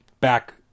back